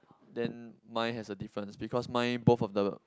then mine has a difference because mine both of the